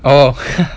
oh